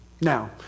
Now